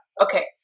Okay